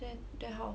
then then how